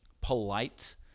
polite